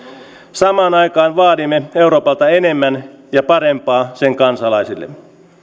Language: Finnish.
samaan aikaan vaadimme euroopalta enemmän ja parempaa sen kansalaisille